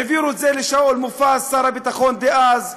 העבירו את זה לשאול מופז, שר הביטחון דאז.